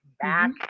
back